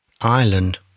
Ireland